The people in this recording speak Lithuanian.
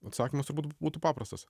atsakymas turbūt būtų paprastas